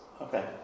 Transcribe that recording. Okay